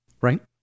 Right